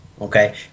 Okay